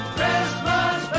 Christmas